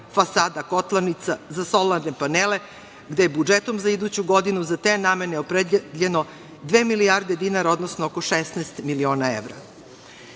fasada, kotlarnica, za solarne panele, gde je budžetom za iduću godinu za te namene opredeljeno dve milijarde dinara, odnosno oko 16 miliona